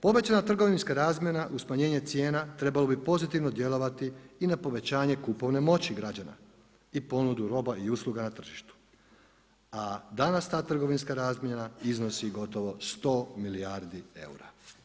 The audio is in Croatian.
Povećana trgovinska razmjena uz smanjenje cijena trebalo bi pozitivno djelovati i na povećanje kupovne moći građana i ponudu roba i usluga na tržištu, a danas ta trgovinska razmjena iznosi gotovo 100 milijardi eura.